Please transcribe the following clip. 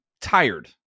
tired